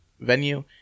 venue